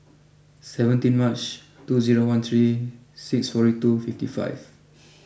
seventeen March two zero one three six forty two fifty five